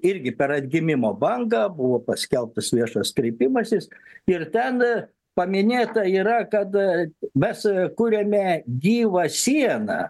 irgi per atgimimo bangą buvo paskelbtas viešas kreipimasis ir ten paminėta yra kad mes kuriame gyvą sieną